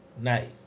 night